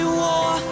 war